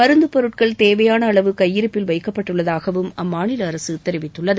மருந்துப்பொருட்கள் தேவையான அளவு கையிருப்பில் வைக்கப்பட்டுள்ளதாக அம்மாநில அரசு தெரிவித்துள்ளது